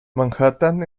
manhattan